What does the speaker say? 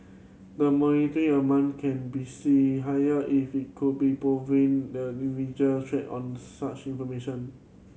the amount can be see higher if it could be proven the traded on such information